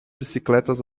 bicicletas